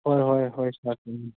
ꯍꯣꯏ ꯍꯣꯏ ꯍꯣꯏ ꯁꯥꯔ ꯎꯝ